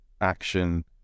action